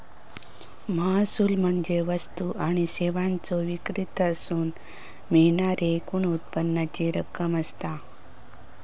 महसूल म्हणजे वस्तू आणि सेवांच्यो विक्रीतसून मिळणाऱ्या एकूण उत्पन्नाची रक्कम असता